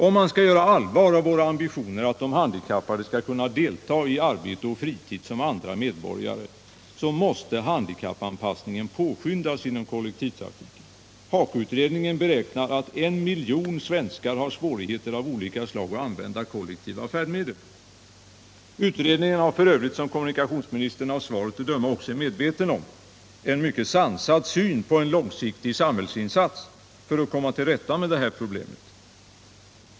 Om man skall göra allvar av våra ambitioner att de handikappade skall kunna delta i arbete och fritid som andra medborgare måste handikappanpassningen påskyndas inom kollektivtrafiken. HAKO-utredningen beräknar att en miljon svenskar har svårigheter av olika slag att använda kollektiva färdmedel. Utredningen har f. ö., som kommunikationsministern av svaret att dörna också är medveten om, en mycket sansad syn på en långsiktig samhällsinsats för att komma till rätta med problemet.